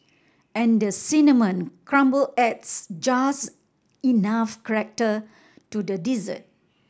and the cinnamon crumble adds just enough character to the dessert